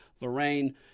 Lorraine